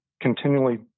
continually